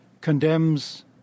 condemns